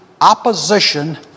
opposition